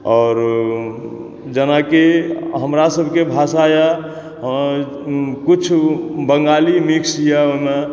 आओर जेनाकि हमरा सबके भाषा यऽ कुछ बंगाली मिक्स यऽ ओहिमे